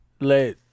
let